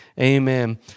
amen